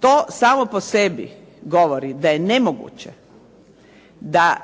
To samo po sebi govori da je nemoguće da